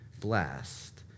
blessed